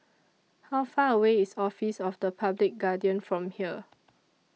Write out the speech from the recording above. How Far away IS Office of The Public Guardian from here